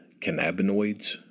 cannabinoids